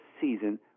season